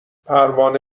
پروانه